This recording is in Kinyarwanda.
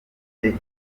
abandi